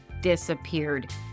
disappeared